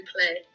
play